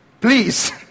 Please